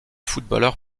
footballeur